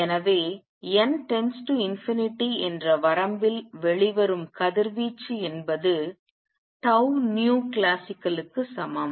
எனவே n →∞ என்ற வரம்பில் வெளிவரும் கதிர்வீச்சு என்பது classicalக்கு சமம்